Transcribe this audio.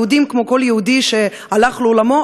יהודי כמו כל יהודי שהלך לעולמו,